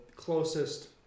closest